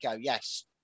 Yes